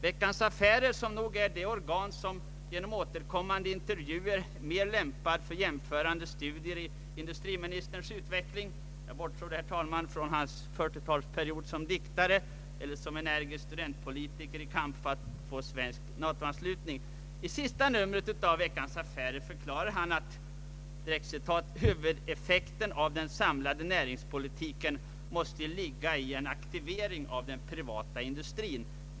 Veckans Affärer som nog är det organ som genom återkommande intervjuer är mest lämpat för jämförande studier av industriministerns utveckling — jag bortser, herr talman, från hans 1940-talsperiod som diktare eller som energisk studentpolitiker i kampen för att få svensk NATO-anslutning. I senaste numret förklarar han att ”huvudeffekten av den samlade näringspolitiken måste ligga i en aktivering av den privata industrin.